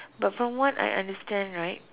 but from what I understand right